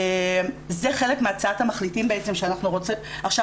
זה חלק מהצעת המחליטים שאנחנו עכשיו